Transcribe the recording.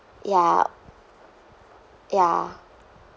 ya ya